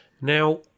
Now